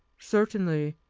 certainly,